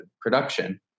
production